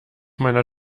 meiner